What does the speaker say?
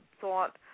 thought